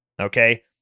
Okay